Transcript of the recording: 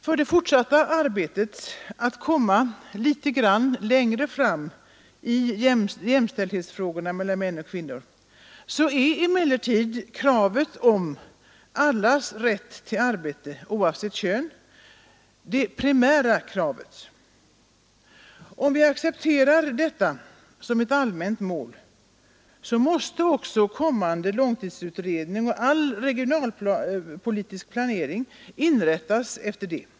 För det fortsatta arbetet att komma litet grand längre fram i frågorna om jämställdhet mellan män och kvinnor är emellertid kravet om allas rätt till arbete oavsett kön det primära kravet. Om vi accepterar detta som ett allmänt mål måste också kommande långtidsutredning och all regionalpolitisk planering inrättas efter det.